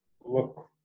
look